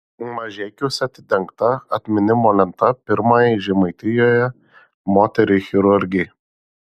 mažeikiuose atidengta atminimo lenta pirmajai žemaitijoje moteriai chirurgei